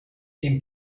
dem